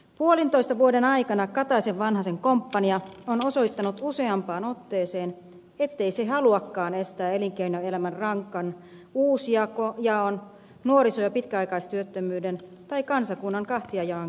puolentoista vuoden aikana kataisenvanhasen komppania on osoittanut useampaan otteeseen ettei se haluakaan estää elinkeinoelämän rankan uusjaon nuoriso ja pitkäaikaistyöttömyyden tai kansakunnan kahtiajaon kiihtyvää kasvua